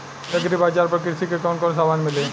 Agri Bazaar पर कृषि के कवन कवन समान मिली?